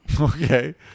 Okay